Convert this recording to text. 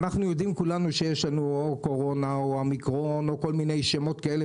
אנחנו יודעים כולנו שיש קורונה או אומיקרון או כל מיני שמות כאלה